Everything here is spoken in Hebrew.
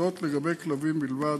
זאת, לגבי כלבים בלבד.